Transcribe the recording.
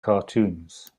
cartoons